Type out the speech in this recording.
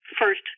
first